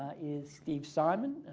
is steve simon.